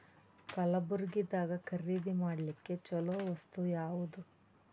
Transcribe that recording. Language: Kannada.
ಕಲಬುರ್ಗಿದಾಗ ಖರೀದಿ ಮಾಡ್ಲಿಕ್ಕಿ ಚಲೋ ವಸ್ತು ಯಾವಾದು?